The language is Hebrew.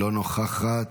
לא נוכחת.